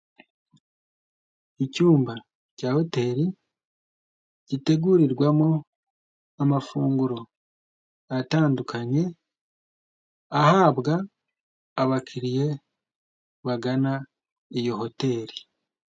Icyumba cya hoteri gitegurirwamo amafunguro atandukanye, ahabwa abakiriye bagana iyo hoteri.